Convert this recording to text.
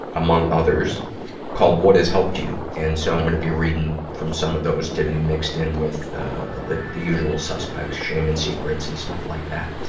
among others called, what has helped you. and so, i'm gonna be reading from some of those today, mixed in with, ah, the, the usual suspects shame and secrets and stuff like that.